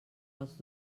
als